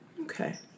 Okay